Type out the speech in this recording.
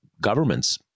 governments